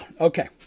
Okay